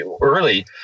early